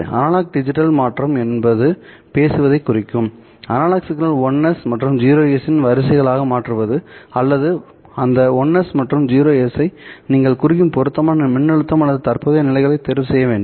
analogue digital மாற்றம் என்பது பேசுவதைக் குறிக்கும் அனலாக் சிக்னல் 1's மற்றும் 0's இன் வரிசைகளாக மாற்றுவது மற்றும் அந்த 1's மற்றும் 0's ஐ நீங்கள் குறிக்கும் பொருத்தமான மின்னழுத்தம் அல்லது தற்போதைய நிலைகளை தேர்வு செய்ய வேண்டும்